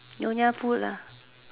Nyonya food lah